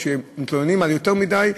כשמתלוננים על יותר מדי,